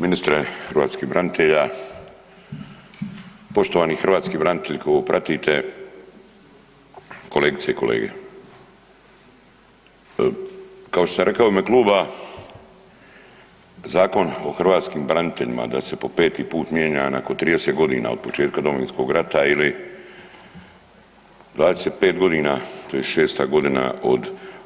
Ministre hrvatskih branitelja, poštovani hrvatski branitelji koji ovo pratite, kolegice i kolege, kao što sam rekao u ime kluba Zakon o hrvatskim braniteljima da se po peti put mijenja nakon 30 godina od početka Domovinskog rata ili 25 godina tj. 6-ta godina od